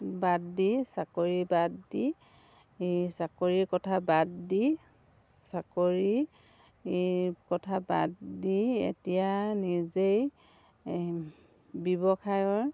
বাদ দি চাকৰি বাদ দি চাকৰিৰ কথা বাদ দি চাকৰিৰ কথা বাদ দি এতিয়া নিজেই ব্যৱসায়ৰ